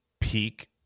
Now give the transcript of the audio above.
Peak